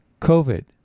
COVID